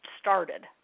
started